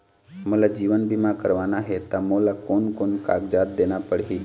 मोला जीवन बीमा करवाना हे ता मोला कोन कोन कागजात देना पड़ही?